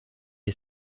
est